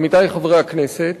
עמיתי חברי הכנסת,